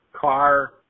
car